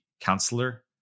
counselor